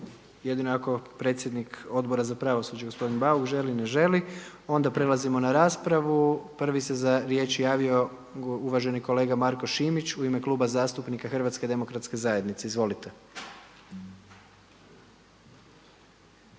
jedino ako predsjednik Odbora za pravosuđe gospodin Bauk želi. Ne želi. Onda prelazimo na raspravu. Prvi se za riječ javio uvaženi kolega Marko Šimić u ime Kluba zastupnika Hrvatske demokratske zajednice. Izvolite.